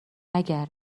اگر